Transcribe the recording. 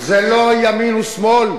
זה לא ימין ושמאל.